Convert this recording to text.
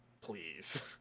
please